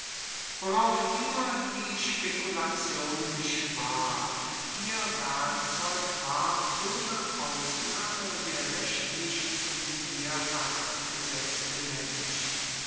worauf immer die spekulation sich warf ihr werkzeug war ohne ausnahme der rechtlich zum tier herabgesetzte mensch